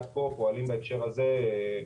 עד כה אנחנו פועלים בהקשר הזה ומאפשרים